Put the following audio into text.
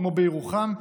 כמו בירוחם,